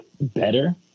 better